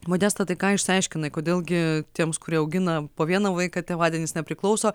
modesta tai ką išsiaiškinai kodėl gi tiems kurie augina po vieną vaiką tėvadienis nepriklauso